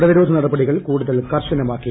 പ്രതിരോധ നടപടിക്ൾ കൂടുതൽ കർശനമാക്കി